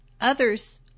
Others